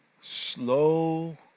slow